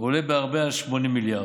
עולה בהרבה על 80 מיליארד.